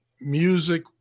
music